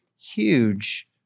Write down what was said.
huge